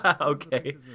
Okay